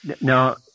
Now